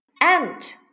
ant